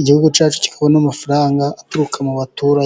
igihugu cyacu kikabona amafaranga aturuka mu baturage.